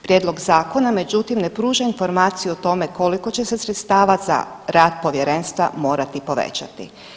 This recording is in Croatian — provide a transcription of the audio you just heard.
Prijedlog zakona međutim ne pruža informaciju o tome koliko će se sredstava za rad povjerenstva morati povećati.